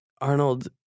Arnold